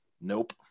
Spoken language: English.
Nope